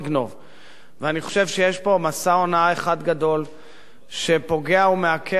אני חושב שיש פה מסע הונאה אחד גדול שפוגע ומעקר מן היסוד,